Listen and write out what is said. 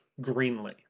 greenly